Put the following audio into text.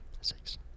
Six